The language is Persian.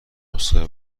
نسخه